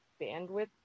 bandwidth